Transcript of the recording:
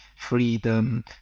freedom